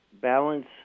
balance